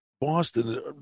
Boston